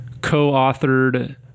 co-authored